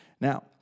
Now